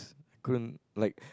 couldn't like